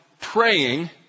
praying